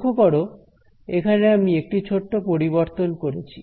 লক্ষ্য করো এখানে আমি একটি ছোট পরিবর্তন করেছি